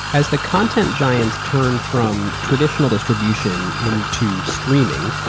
as the content giant turned from traditional distribution into streaming,